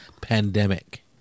Pandemic